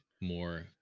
more